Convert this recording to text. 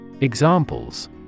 Examples